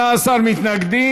נגד,